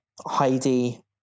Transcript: Heidi